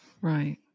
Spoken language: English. Right